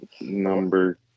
number